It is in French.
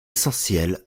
essentielle